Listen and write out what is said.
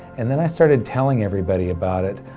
and then i started telling everybody about it.